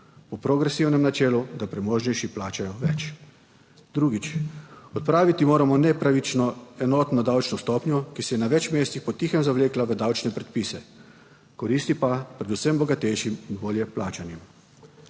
po progresivnem načelu, da premožnejši plačajo več. Drugič, odpraviti moramo nepravično enotno davčno stopnjo, ki se je na več mestih po tihem zavlekla v davčne predpise. Koristi pa predvsem bogatejšim, bolje plačanim.